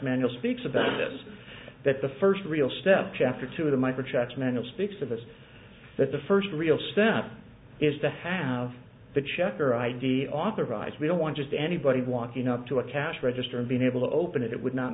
manual speaks about this that the first real step chapter two of my projects many of speaks of us that the first real step is to have the checker id authorize we don't want just anybody walking up to a cash register and being able to open it it would not